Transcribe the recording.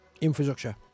infrastructure